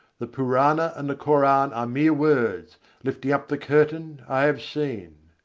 the purana and the koran are mere words lifting up the curtain, i have seen.